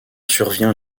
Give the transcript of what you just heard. survient